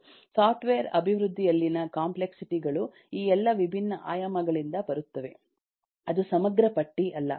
software ಅಭಿವೃದ್ಧಿಯಲ್ಲಿನ complexity ಗಳು ಈ ಎಲ್ಲ ವಿಭಿನ್ನ ಆಯಾಮಗಳಿಂದ ಬರುತ್ತವೆ ಅದು ಸಮಗ್ರ ಪಟ್ಟಿ ಅಲ್ಲ